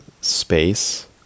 space